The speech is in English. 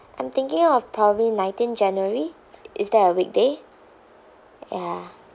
I'm thinking of probably nineteenth january is that a weekday ya